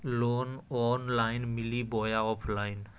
Loan online मिली बोया offline?